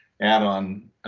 add-on